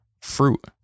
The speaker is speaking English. fruit